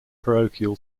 parochial